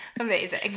Amazing